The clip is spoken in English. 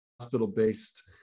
hospital-based